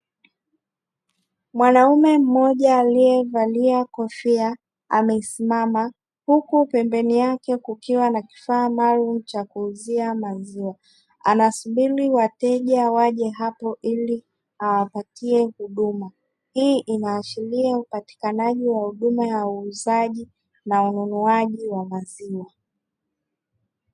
Mwanaume mmojaa liyevalia kofia amesimama huku pembeni yake kukiwa na kifaa maalumu cha kuuzia maziwa, anasubiri wateja waje hapo ili awapatie huduma. Hii inaashiria upatikanaji wa huduma ya uuzaji na ununuaji wa maziwa.